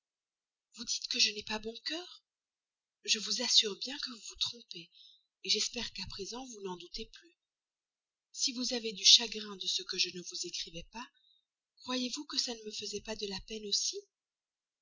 vous dites que je n'ai pas bon cœur je vous assure bien que vous vous trompez j'espère qu'à présent vous n'en doutez plus si vous avez eu du chagrin de ce que je ne vous écrivais pas croyez-vous que ça ne me faisait pas de la peine aussi